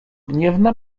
gniewna